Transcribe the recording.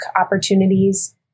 opportunities